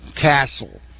Castle